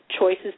choices